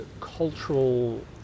cultural